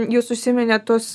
jūs užsiminėt tuos